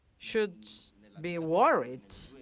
should be worried